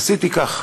עשיתי כך,